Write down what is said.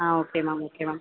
ah okay ma'am okay ma'am